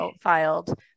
filed